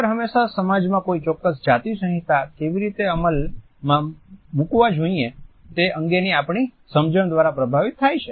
અંતર હંમેશા સમાજમાં કોઈ ચોક્ક્સ જાતિ સંહિતા કેવી રીતે અમલમાં મૂકવા જોઈએ તે અંગેની આપણી સમજણ દ્વારા પ્રભાવિત થાય છે